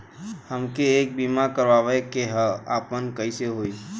हमके एक बीमा करावे के ह आपन कईसे होई?